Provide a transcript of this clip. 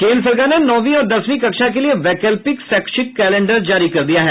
केन्द्र सरकार ने नौंवी और दसवीं कक्षा के लिए वैकल्पित शैक्षिक कैलेंडर जारी कर दिया है